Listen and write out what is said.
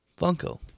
Funko